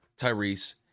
Tyrese